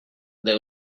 they